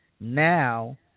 now